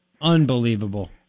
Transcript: Unbelievable